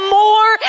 more